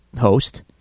host